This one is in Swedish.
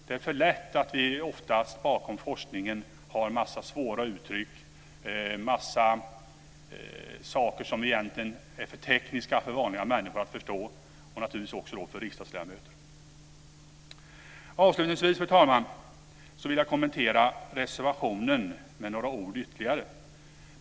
Det är för lätt att inom forskningen använda en massa svåra uttryck, en massa saker som egentligen är för tekniska för vanliga människor att förstå, och naturligtvis också för riksdagsledamöter. Avslutningsvis, fru talman, vill jag kommentera reservationen med några ord ytterligare.